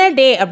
day